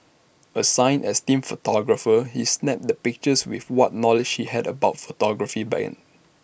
assigned as team photographer he snapped the pictures with what knowledge he had about photography then